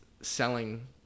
selling